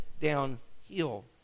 downhill